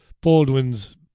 Baldwin's